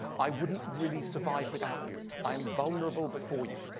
i wouldn't really survive without you. i'm vulnerable before you.